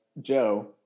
Joe